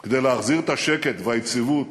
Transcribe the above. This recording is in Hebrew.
כדי להחזיר את השקט והיציבות